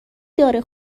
داره